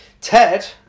Ted